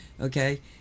okay